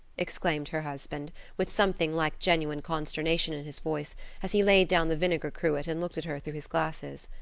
exclaimed her husband, with something like genuine consternation in his voice as he laid down the vinegar cruet and looked at her through his glasses.